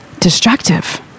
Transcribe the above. destructive